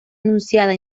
anunciada